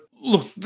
look